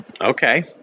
Okay